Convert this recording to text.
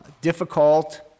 difficult